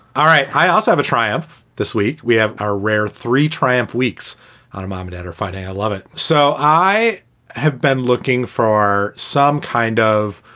all right. i also have a triumph this week. we have our rare three triumph weeks on. a mom and dad are fighting. i love it. so i have been looking for some kind of,